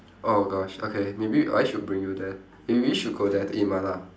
oh gosh okay maybe I should bring you there maybe we should go there to eat mala